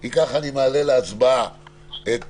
אם כך אני מעלה להצבעה את